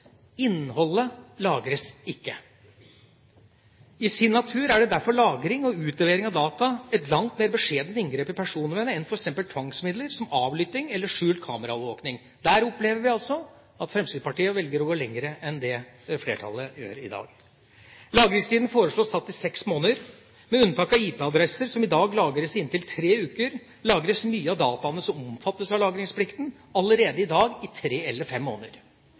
Innholdet lagres ikke. I sin natur er derfor lagring og utlevering av data et langt mer beskjedent inngrep i personvernet enn f.eks. tvangsmidler som avlytting eller skjult kameraovervåking. Der opplever vi at Fremskrittspartiet velger å gå lenger enn det flertallet gjør i dag. Lagringstiden foreslås satt til seks måneder. Med unntak av IP-adresser, som i dag lagres i inntil tre uker, lagres mye av dataene som omfattes av lagringsplikten, allerede i dag i tre eller fem måneder.